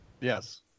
Yes